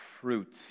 fruit